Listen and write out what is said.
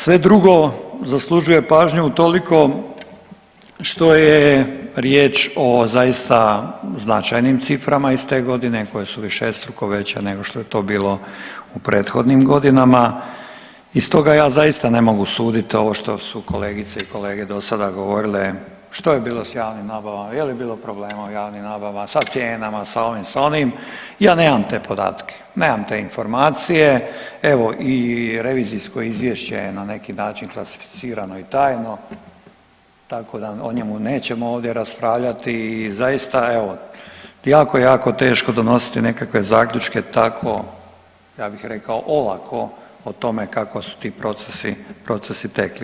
Sve drugo zaslužuje pažnju utoliko što je riječ o zaista značajnim ciframa iz te godine koje su višestruko veće nego što je to bilo u prethodnim godinama i stoga ja zaista ne mogu suditi ovo što su kolegice i kolege dosada govorile, što je bilo s javnim nabavama, je li bilo problema u javnim nabavama, sa cijenama, sa ovim, sa onim, ja nemam te podatke, nemam te informacije, evo i revizijsko izvješće je na neki način klasificirano i tajno, tako da o njemu nećemo ovdje raspravljati i zaista evo, jako, jako teško donositi nekakve zaključke tako, ja bih rekao olako o tome kako su ti procesi tekli.